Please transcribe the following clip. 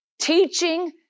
teaching